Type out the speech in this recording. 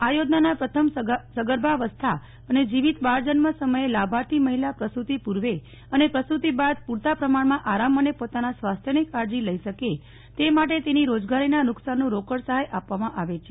આ યોજનામાં પ્રથમ સગર્ભાવસ્થા અને જીવિત બાળજન્મ સમયે લાભાર્થી મહિલા પ્રસુતિ પૂર્વે અને પ્રસુતિ બાદ પુરતા પ્રમાણમા આરામ અને પોતાના સ્વાસ્થ્યની કાળજી લઇ શકે તે માટે તેની રોજગારીના નુકશાનનું રોકડ સહાય આપવામાં આવે છે